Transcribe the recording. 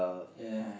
ya